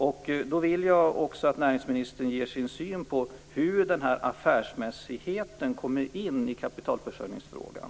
Jag vill också att näringsministern ger sin syn på hur denna affärsmässighet kommer in i kapitalförsörjningsfrågan.